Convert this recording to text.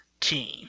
team